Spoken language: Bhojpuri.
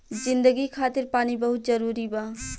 जिंदगी खातिर पानी बहुत जरूरी बा